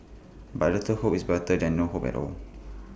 but A little hope is better than no hope at all